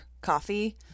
coffee